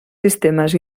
sistemes